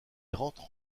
rentre